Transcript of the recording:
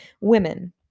Women